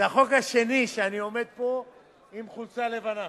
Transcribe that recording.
זה החוק השני שאני עומד ומציג פה עם חולצה לבנה.